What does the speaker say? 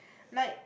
like